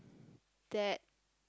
that